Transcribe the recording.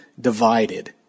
divided